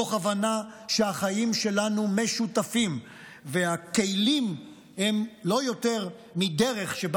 תוך הבנה שהחיים שלנו משותפים והכלים הם לא יותר מדרך שבה